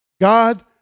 God